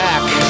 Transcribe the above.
Back